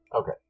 Okay